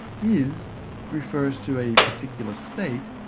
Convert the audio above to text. is refers to a particular state,